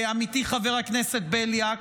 עמיתי חבר הכנסת בליאק,